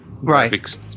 Right